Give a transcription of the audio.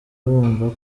bumva